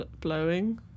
Blowing